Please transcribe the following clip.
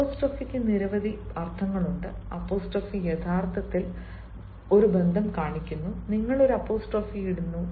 അപ്പോസ്ട്രോഫിക്ക് നിരവധി അർത്ഥങ്ങളുണ്ട് അപ്പോസ്ട്രോഫി യഥാർത്ഥത്തിൽ ബന്ധം കാണിക്കുന്നു നിങ്ങൾ ഒരു അപ്പോസ്ട്രോഫി ഇടുന്നു